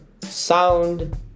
sound